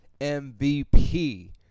MVP